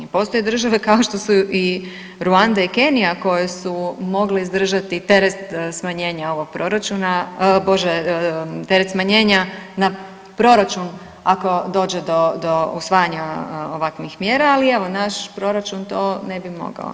Postoje države kao što su i Ruanda i Kenija koje su mogle izdržati teret smanjenja ovog proračuna, Bože, teret smanjenja na proračun ako dođe do usvajanja ovakvih mjera, ali evo naš proračun to ne bi mogao.